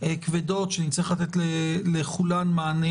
כבדות שנצטרך לתת לכולן מענה